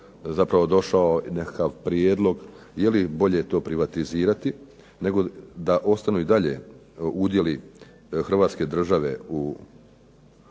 HNS-a došao nekakav prijedlog je li bolje to privatizirati nego da ostanu dalje udjeli Hrvatske države u